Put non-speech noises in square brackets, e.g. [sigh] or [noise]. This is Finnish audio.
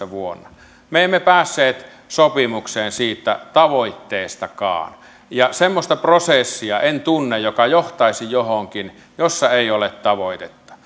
[unintelligible] vuonna kaksituhattaseitsemäntoista me emme päässeet sopimukseen siitä tavoitteestakaan ja semmoista prosessia en tunne joka johtaisi johonkin jossa ei ole tavoitetta [unintelligible]